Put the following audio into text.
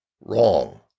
Wrong